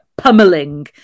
pummeling